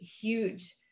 huge